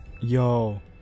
Yo